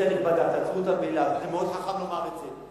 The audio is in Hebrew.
תעצרו אותם באילת, מאוד חכם לומר את זה.